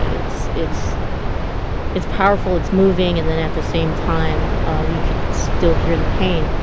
ah it's it's it's powerful, it's moving. and then at the same time we could still hear the pain.